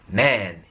man